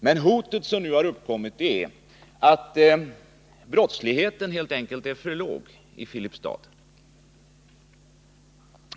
Det hot som nu har uppkommit är helt enkelt att brottsligheten är för låg i Filipstad.